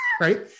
Right